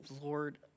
Lord